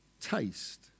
taste